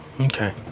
Okay